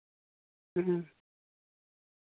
ᱦᱮᱸ